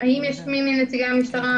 אם נמצא כאן נציג המשטרה,